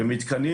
למתקנים,